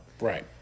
Right